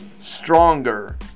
stronger